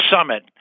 summit